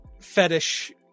fetish